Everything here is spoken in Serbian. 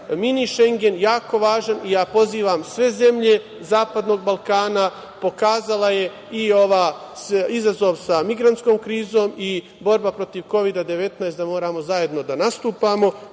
mini Šengen jako važan. Ja pozivam sve zemlje zapadnog Balkana, pokazao je to i ovaj izazov sa migrantskom krizom i borba protiv Kovida-19, da moramo zajedno da nastupamo,